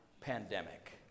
pandemic